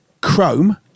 Chrome